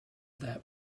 that